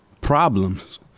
problems